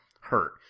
hurt